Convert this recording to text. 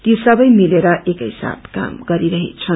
ती सबै मिलेर एकैसाथ काम गरिरहेछन्